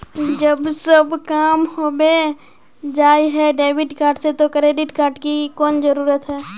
जब सब काम होबे जाय है डेबिट कार्ड से तो क्रेडिट कार्ड की कोन जरूरत है?